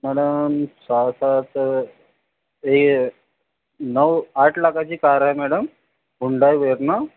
madam सहा सात नऊ आठ लाखाची कार आहे मॅडम हुंडाई वेरना